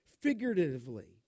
figuratively